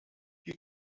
you